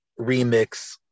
remix